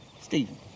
Stephen